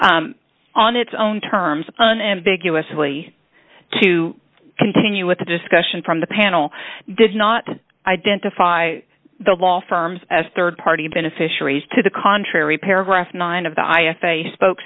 on its own terms and ambiguously to continue with the discussion from the panel did not identify the law firms as rd party beneficiaries to the contrary paragraph nine of the i f a spoke